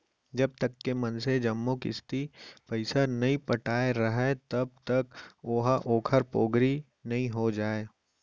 जब तक के मनसे जम्मो किस्ती पइसा नइ पटाय राहय तब तक ओहा ओखर पोगरी नइ हो जाय